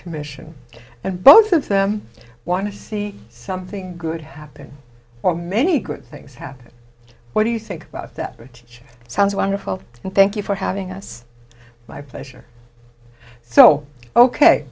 commission and both of them want to see something good happen or many good things happen but what do you think about that which sounds wonderful and thank you for having us my pleasure so ok